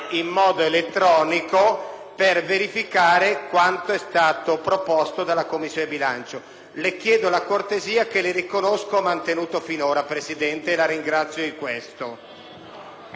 Le chiedo la cortesia che le riconosco ha mantenuto finora, Presidente, e la ringrazio di questo.